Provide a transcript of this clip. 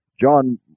John